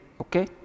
okay